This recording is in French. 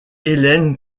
helen